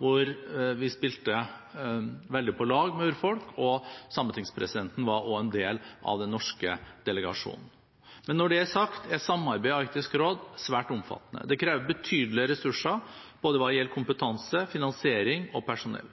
hvor vi spilte veldig på lag med urfolk, og sametingspresidenten var også en del av den norske delegasjonen. Men når det er sagt, er samarbeidet i Arktisk råd svært omfattende. Det krever betydelige ressurser hva gjelder både kompetanse, finansiering og personell.